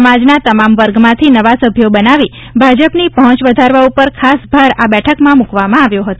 સમાજના તમામ વર્ગમાંથી નવા સભ્યો બનાવી ભાજપની પહોંચ વધારવા ઉપર ખાસ ભાર આ બેઠકમાં મુકવામાં આવ્યો હતો